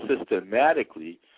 systematically